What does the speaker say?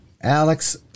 Alex